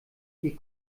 die